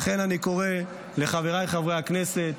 לכן אני קורא לחבריי חברי הכנסת: